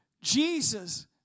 Jesus